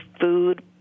food